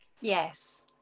Yes